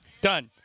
Done